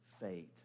faith